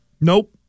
nope